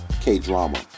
K-Drama